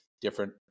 different